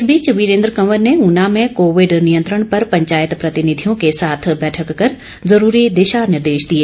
इस बीच वीरेंद्र कंवर ने ऊना में कोविड नियंत्रण पर पंचायत प्रतिनिधियों के साथ बैठक कर जरूरी दिशानिर्देश दिए